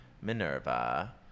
Minerva